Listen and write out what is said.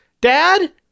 Dad